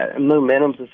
momentum's